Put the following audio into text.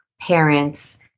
parents